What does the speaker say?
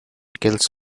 kills